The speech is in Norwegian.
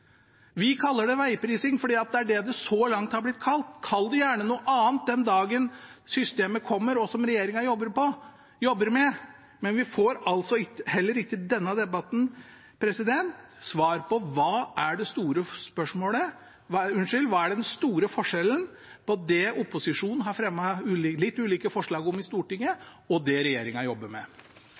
Vi kaller det vegprising fordi det er det det så langt har blitt kalt. Kall det gjerne noe annet den dagen systemet som regjeringen jobber med, kommer – men vi får heller ikke i denne debatten svar på hva som er den store forskjellen på det opposisjonen har fremmet litt ulike forslag om i Stortinget, og det regjeringen jobber med.